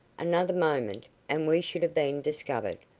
another moment, and we should have been discovered.